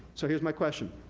so, here's my question.